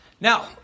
Now